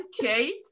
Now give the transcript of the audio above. kate